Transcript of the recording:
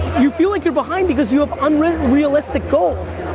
you feel like you're behind, because you have unrealistic goals.